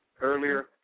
earlier